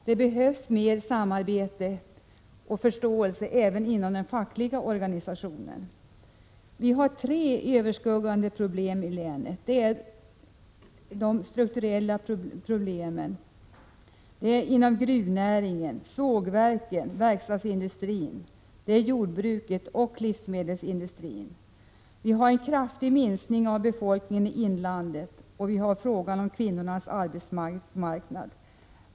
Det behövs mer samarbete och förståelse även inom den fackliga organisationen. Vi har flera stora problem i länet. Det är de strukturella problemen inom gruvnäringen, sågverken och verkstadsindustrin. Det är jordbruket och livsmedelsindustrin. Vi har en kraftig minskning av befolkningen i inlandet. Vi har också frågan om kvinnornas arbetsmarknad.